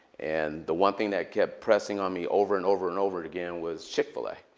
and the one thing that kept pressing on me over and over and over again was chick-fil-a.